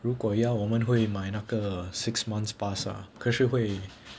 如果要我们会买那个 six months pass ah 可是会